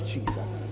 Jesus